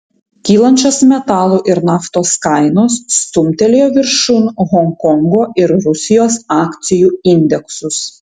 kylančios metalų ir naftos kainos stumtelėjo viršun honkongo ir rusijos akcijų indeksus